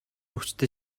хүчтэй